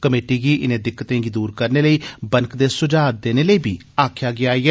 committee गी इनें दिक्कतें गी दूर करने लेई बनकदे सुझाव देने लेई बी आक्खेआ गेआ ऐ